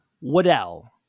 Waddell